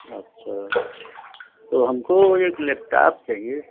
अच्छा तो हमको एक लैपटॉप चाहिए